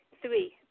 Three